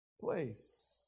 place